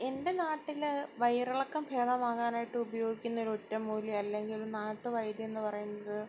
എന്റെ നാട്ടിൽ വയറിളക്കം ഭേദമാകാനായിട്ട് ഉപയോഗിക്കുന്ന ഒരു ഒറ്റമൂലി അല്ലെങ്കിൽ നാട്ടുവൈദ്യം എന്ന് പറയുന്നത്